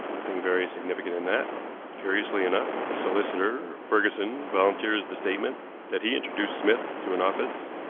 nothing very significant in that but, curiously enough, the solicitor, ferguson, volunteers the statement that he introduced smith to an office,